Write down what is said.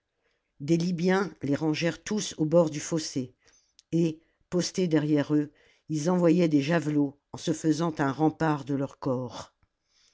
des libjens les rangèrent tous au bord du fossé et postés derrière eux ils envoyaient des javelots en se faisant un rempart de leur corps